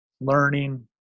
learning